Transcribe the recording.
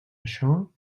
això